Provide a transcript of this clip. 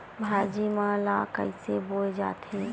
भाजी मन ला कइसे बोए जाथे?